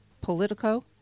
Politico